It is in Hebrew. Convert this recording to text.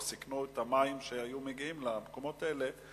או סיכנו את המים שהגיעו למקומות האלה,